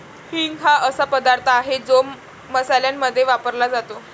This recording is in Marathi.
हिंग हा असा पदार्थ आहे जो मसाल्यांमध्ये वापरला जातो